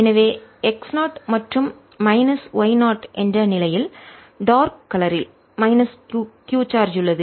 எனவே x0 மற்றும் minus y0 என்ற நிலையில்டார்க் கலரில் மைனஸ் q சார்ஜ் உள்ளது